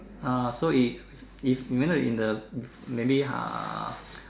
uh so if if eventhough in the maybe uh